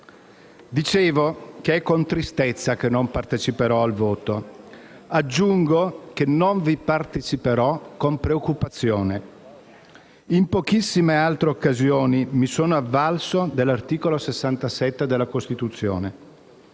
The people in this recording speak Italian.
Dicevo che è con tristezza che non parteciperò al voto. Aggiungo che non vi parteciperò con preoccupazione. In pochissime altre occasioni mi sono avvalso dell'articolo 67 della Costituzione: